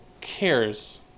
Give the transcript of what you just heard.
cares